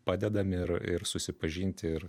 padedam ir ir susipažinti ir